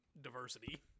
diversity